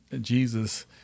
Jesus